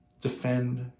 Defend